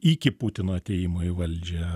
iki putino atėjimo į valdžią